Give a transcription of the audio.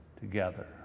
together